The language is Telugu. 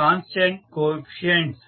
constant coefficients